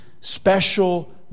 special